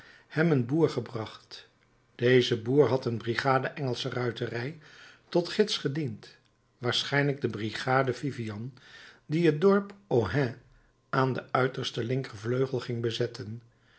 hem een boer gebracht deze boer had een brigade engelsche ruiterij tot gids gediend waarschijnlijk de brigade vivian die het dorp ohain aan den uitersten linkervleugel ging bezetten